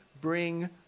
bring